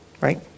Right